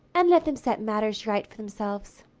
and let them set matters right for themselves.